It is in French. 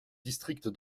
district